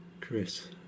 Chris